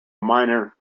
minor